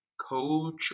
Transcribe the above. coach